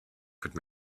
could